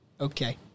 Okay